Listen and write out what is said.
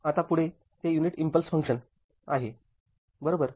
आता पुढे ते युनिट इंपल्स फंक्शन आहे बरोबर